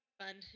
fun